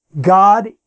God